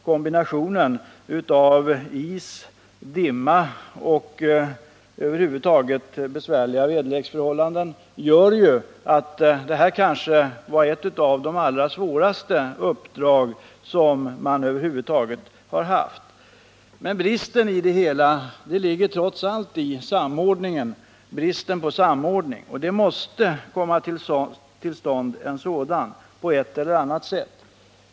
Kombinationen av is, dimma och över huvud taget besvärliga väderleksförhållanden gör att det här kanske var ett av de allra svåraste uppdrag som man haft. Men det allvarliga i det hela är trots allt bristen på samordning, och det måste komma till stånd en samordning på ett eller annat sätt.